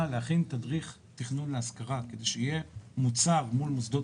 להכין תדריך תכנון להשכרה כדי שיהיה מוצר מול מוסדות